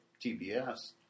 TBS